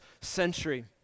century